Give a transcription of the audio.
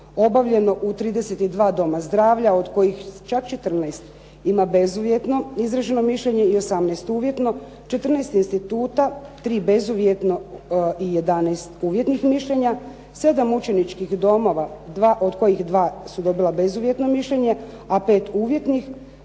obavljeno u 32 doma zdravlja od kojih čak 14 ima bezuvjetno izraženo mišljenje i 18 uvjetno, 14 instituta 3 bezuvjetno i 11 uvjetnih mišljenja, 7 učeničkih domova od kojih 2 su dobila bezuvjetno mišljenje a 5 uvjetnih.